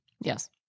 yes